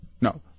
No